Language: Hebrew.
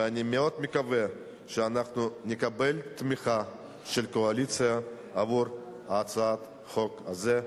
ואני מאוד מקווה שאנחנו נקבל תמיכה של הקואליציה להצעת החוק הזאת.